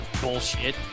bullshit